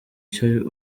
icyo